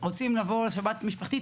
רוצים לבוא לשבת משפחתית,